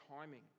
timing